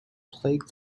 plague